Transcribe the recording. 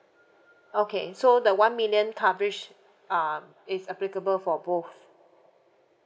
okay so the one million coverage um it's applicable for both